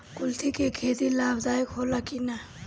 कुलथी के खेती लाभदायक होला कि न?